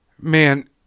Man